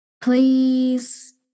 please